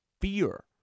fear